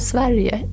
Sverige